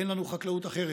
אין לנו חקלאות אחרת.